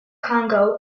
congo